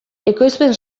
ekoizpen